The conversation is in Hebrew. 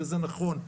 וזה נכון.